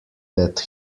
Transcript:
that